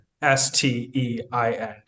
S-T-E-I-N